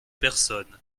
personnes